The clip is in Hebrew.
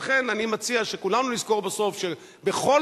ולכן אני מציע שכולנו נזכור בסוף שבכל